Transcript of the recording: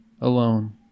Alone